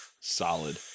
solid